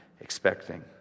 expecting